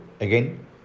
Again